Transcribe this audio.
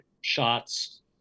shots